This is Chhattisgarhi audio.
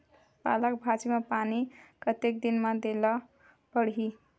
पालक भाजी म पानी कतेक दिन म देला पढ़ही?